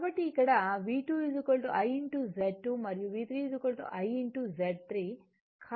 కాబట్టి ఇక్కడ V2 I Z2 మరియు V3 I Z3